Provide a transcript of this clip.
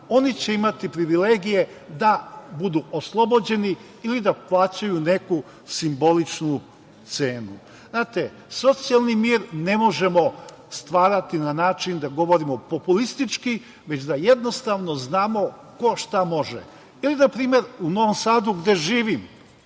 oni će imati privilegije da budu oslobođeni ili da plaćaju neku simboličnu cenu. Znate, socijalni mir ne možemo stvarati na način da govorimo populistički, već da jednostavno znamo ko šta može. Ili na primer u Novom Sadu gde živim